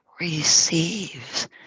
receives